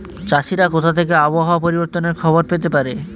চাষিরা কোথা থেকে আবহাওয়া পরিবর্তনের খবর পেতে পারে?